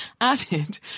added